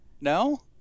No